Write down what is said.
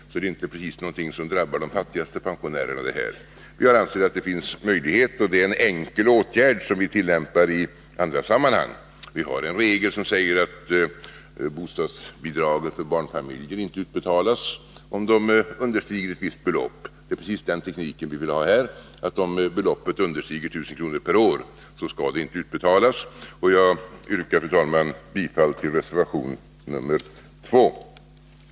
Så det här är inte precis någonting som drabbar de fattigaste pensionärerna. Vi har ansett att det finns möjlighet att göra detta. Det är en enkel åtgärd som vi tillämpar i andra sammanhang. Vi har en regel som säger att bostadsbidrag till barnfamiljer inte utbetalas om de understiger ett visst belopp. Det är precis den tekniken som vi vill ha här, och jag yrkar, fru talman, bifall till reservation nr 2.